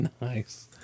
Nice